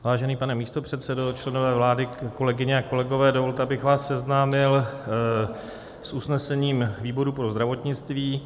Vážený pane místopředsedo, členové vlády, kolegyně a kolegové, dovolte, abych vás seznámil s usnesením výboru pro zdravotnictví.